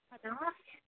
hello